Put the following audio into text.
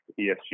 ESG